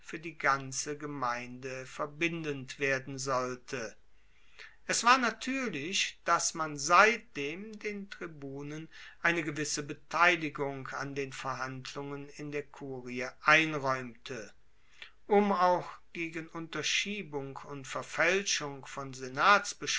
fuer die ganze gemeinde verbindend werden sollte es war natuerlich dass man seitdem den tribunen eine gewisse beteiligung an den verhandlungen in der kurie einraeumte um auch gegen unterschiebung und verfaelschung von